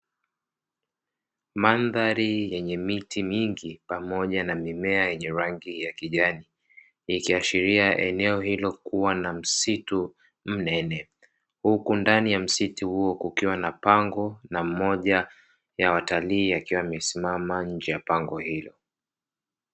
Mandhari yenye miti mingi pamoja na mimea yenye rangi ya kijani ikiashiria eneo hilo kuwa na msitu mnene huku ndani ya msitu huo kukiwa na pango na mmoja ya watalii akiwa amesimama nje ya pango hilo.